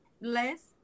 less